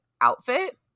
outfit